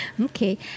Okay